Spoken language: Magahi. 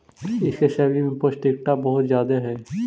इसके सब्जी में पौष्टिकता बहुत ज्यादे हई